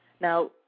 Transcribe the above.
now